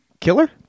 killer